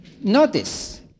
Notice